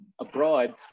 abroad